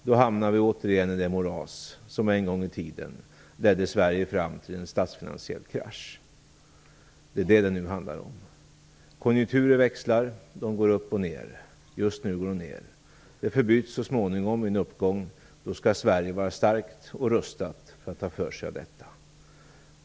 Då hamnar vi återigen i det moras som en gång i tiden ledde Sverige fram till en statsfinansiell krasch. Det är det det nu handlar om. Konjunkturer växlar och går upp och ned. Just nu går de ned. Det förbyts så småningom i en uppgång. Då skall Sverige vara starkt och rustat för att ta för sig av detta.